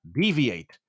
deviate